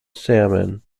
salmon